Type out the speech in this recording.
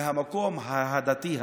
מהמקום העדתי הזה,